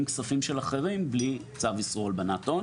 כספים של אחרים בלי צו איסור הלבנת הון,